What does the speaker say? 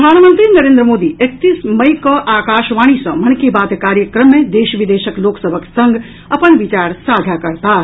प्रधानमंत्री नरेन्द्र मोदी एकतीस मई कऽ आकाशवाणी सँ मन की बात कार्यक्रम मे देश विदेशक लोक सभक संग अपन विचार साझा करताह